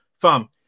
Fam